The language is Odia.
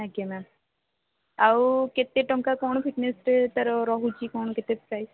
ଆଜ୍ଞା ମ୍ୟାମ୍ ଆଉ କେତେଟଙ୍କା କ'ଣ ଫିଟନେସରେ ତା'ର ରହୁଛି କ'ଣ କେତେ ପ୍ରାଇସ୍